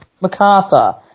MacArthur